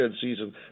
season